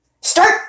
Start